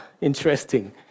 interesting